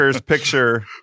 picture